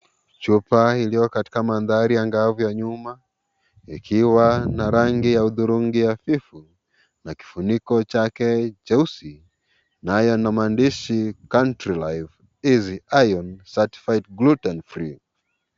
Chupa iliyo katika manthari angavu ya nyuma, ikiwa na rangi ya uthurungi hafifu, na kifuniko chake cheusi, naye ana maandishi (cs)country life, easy iron, satified gruten prim(cs).